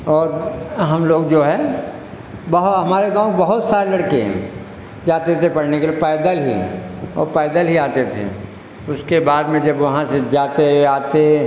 और हम लोग जो है हमारे गाँव बहुत सारे लड़के हैं जाते थे पढ़ने के लिए पैदल ही औ पैदल ही आते थे उसके बाद में जब वहाँ से जाते आते